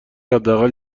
حداقل